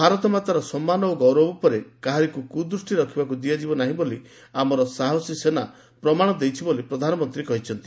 ଭାରତମାତାର ସମ୍ମାନ ଓ ଗୌରବ ଉପରେ କାହାରିକୁ କୁଦୃଷ୍ଟି ରଖିବାକୁ ଦିଆଯିବ ନାହିଁ ବୋଲି ଆମର ସାହସୀ ସେନା ପ୍ରମାଶ ଦେଇଛି ବୋଲି ପ୍ରଧାନମନ୍ତ୍ରୀ କହିଛନ୍ତି